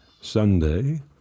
Sunday